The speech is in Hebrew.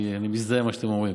כי אני מזדהה עם מה שאתם אומרים.